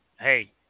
hey